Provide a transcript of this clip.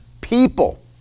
people